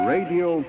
Radio